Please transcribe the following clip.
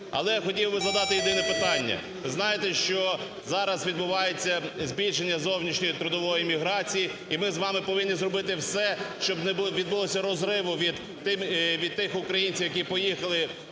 Але я хотів би задати єдине питання. Знаєте, що зараз відбувається збільшення зовнішньої трудової міграції, і ми з вами повинні зробити все, щоб не відбулося розриву від тих українців, які поїхали